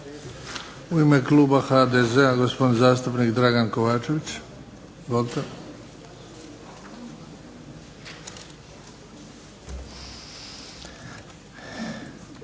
U ime kluba HDZ-a gospodin zastupnik Dragan Kovačević.